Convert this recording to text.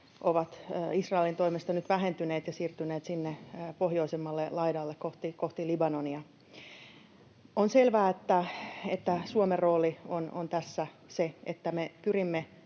ovat Israelin toimesta nyt vähentyneet ja siirtyneet sinne pohjoisemmalle laidalle kohti Libanonia. On selvää, että Suomen rooli on tässä se, että me pyrimme